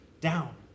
down